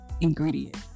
ingredient